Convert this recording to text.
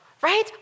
right